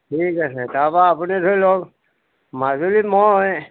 ঠিক আছে তাৰপা আপুনি ধৰি লওক মাজুলীত মই